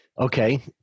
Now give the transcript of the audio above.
Okay